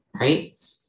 right